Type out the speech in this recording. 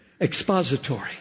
Expository